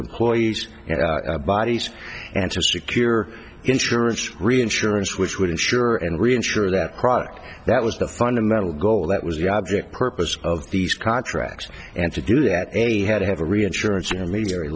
employees bodies and to secure insurance reinsurance which would insure and reinsurer that product that was the fundamental goal that was the object purpose of these contracts and to do that and he had to have a reinsurance intermediary